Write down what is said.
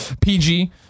pg